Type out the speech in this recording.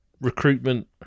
recruitment